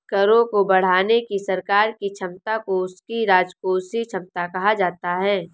करों को बढ़ाने की सरकार की क्षमता को उसकी राजकोषीय क्षमता कहा जाता है